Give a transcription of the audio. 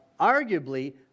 arguably